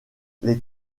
les